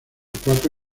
cuatro